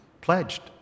pledged